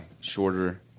Shorter